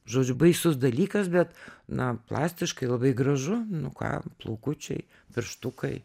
žodžiu baisus dalykas bet na plastiškai labai gražu nu ką plaukučiai pirštukai